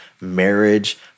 marriage